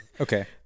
Okay